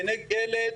כנגד ילד